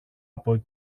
από